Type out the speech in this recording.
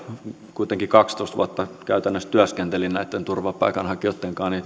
kuitenkin kaksitoista vuotta käytännössä työskentelin näitten turvapaikanhakijoitten